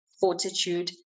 fortitude